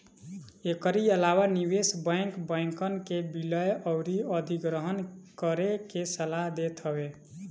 एकरी अलावा निवेश बैंक, बैंकन के विलय अउरी अधिग्रहण करे के सलाह देत हवे